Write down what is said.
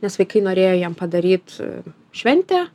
nes vaikai norėjo jiem padaryt šventę